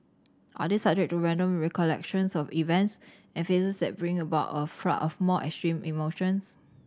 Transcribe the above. are they subject to random recollections of events and faces that bring about a flood of more extreme emotions